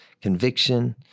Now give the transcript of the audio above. conviction